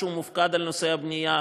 שמופקד על נושא הבנייה,